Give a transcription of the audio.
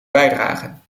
bijdragen